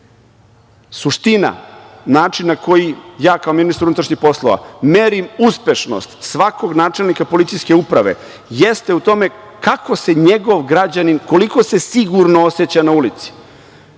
tačno. Suština, način na koji ja, kao ministar unutrašnjih poslova, merim uspešnost svakog načelnika policijske uprave jeste u tome kako se njegov građanin, koliko se sigurno oseća na ulici.